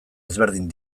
ezberdin